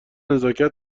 نزاکت